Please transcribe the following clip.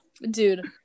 dude